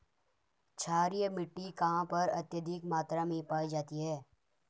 क्षारीय मिट्टी कहां पर अत्यधिक मात्रा में पाई जाती है?